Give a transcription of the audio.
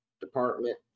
department